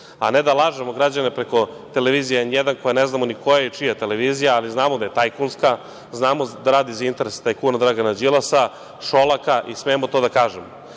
a ne da lažemo građane preko televizije N1, koje ne znamo ni ko je, ni čija je televizija, ali znamo da je tajkunska, znamo da radi za interes tajkuna Dragana Đilasa, Šolaka i smemo to da kažemo. To